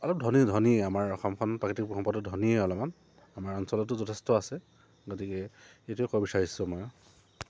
অলপ ধনী ধনী আমাৰ অসমখন প্ৰাকৃতিক সম্পদ ধনীয়ে অলপমান আমাৰ অঞ্চলতো যথেষ্ট আছে গতিকে এইটোৱে ক'ব বিচাৰিছোঁ মই